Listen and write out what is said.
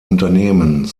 unternehmen